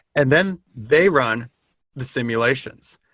and then they run the simulations.